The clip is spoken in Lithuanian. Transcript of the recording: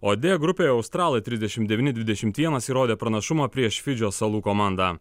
o d grupėje australai trisdešimt devyni dvidešimt vienas įrodė pranašumą prieš fidžio salų komandą